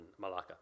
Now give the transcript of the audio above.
Malacca